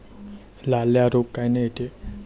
लाल्या रोग कायनं येते?